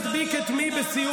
מי מדביק את מי?